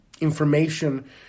information